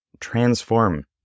transform